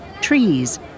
Trees